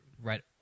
Right